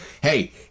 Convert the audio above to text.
hey